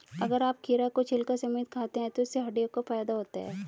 अगर आप खीरा को छिलका समेत खाते हैं तो इससे हड्डियों को फायदा होता है